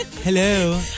Hello